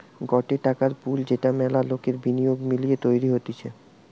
গটে টাকার পুল যেটা মেলা লোকের বিনিয়োগ মিলিয়ে তৈরী হতিছে